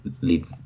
lead